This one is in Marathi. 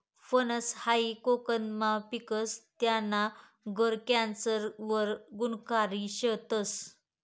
फनस हायी कोकनमा पिकस, त्याना गर कॅन्सर वर गुनकारी शेतस